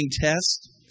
test